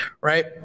right